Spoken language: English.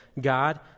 God